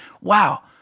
wow